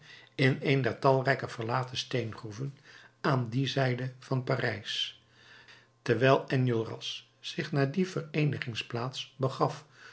in een der talrijke verlaten steengroeven aan die zijde van parijs terwijl enjolras zich naar die vereenigingsplaats begaf